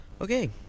Okay